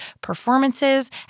performances